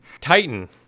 Titan